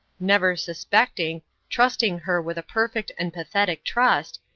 never suspecting trusting her with a perfect and pathetic trust,